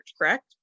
correct